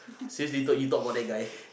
since little you talk about that guy